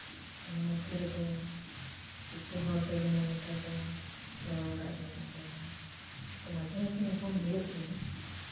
ᱚᱱᱟ ᱢᱚᱫᱽᱫᱷᱮ ᱨᱮᱫᱚ ᱠᱤᱪᱷᱩ ᱦᱚᱲ ᱫᱚ ᱡᱮᱢᱚᱱ ᱱᱮᱛᱟᱨ ᱫᱚ ᱡᱟᱶᱟᱭ ᱚᱲᱟᱜ ᱨᱮ ᱢᱮᱱᱟᱜ ᱠᱚᱣᱟ ᱛᱚ ᱢᱟᱡᱷᱮ ᱢᱟᱡᱷᱮ ᱧᱟᱯᱟᱢ ᱦᱩᱭᱩᱜ ᱜᱮᱭᱟ